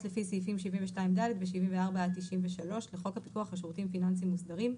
לפי סעיפים 72(ד) ו-74 עד 93 לחוק הפיקוח על שירותים פיננסיים מוסדרים,